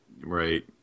Right